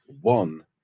one